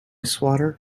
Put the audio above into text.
swatter